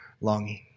longing